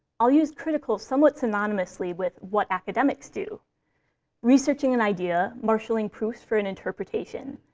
i'll use critical somewhat synonymously with what academics do researching an idea, marshaling proofs for an interpretation,